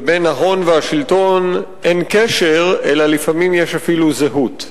ובין ההון והשלטון אין קשר אלא לפעמים יש אפילו זהות.